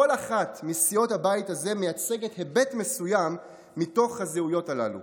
כל אחת מסיעות הבית הזה מייצגת היבט מסוים מתוך הזהויות הללו.